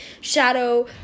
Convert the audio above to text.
shadow